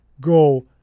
Go